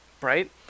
right